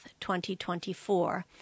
2024